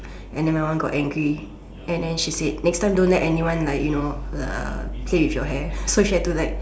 and then my mom got angry and then she said next time don't let anyone like you know uh play with your hair so she had to like